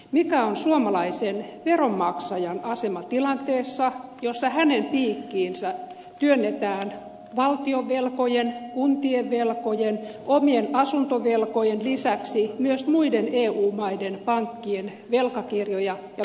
mikä on suomalaisen veronmaksajan asema tilanteessa jossa hänen piikkiinsä työnnetään valtionvelkojen kuntien velkojen ja omien asuntovelkojen lisäksi myös muiden eu maiden pankkien velkakirjoja ja takauksia